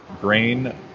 grain